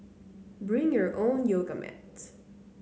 bring your own yoga mat